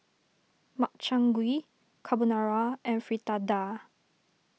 Makchang Gui Carbonara and Fritada